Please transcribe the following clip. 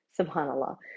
SubhanAllah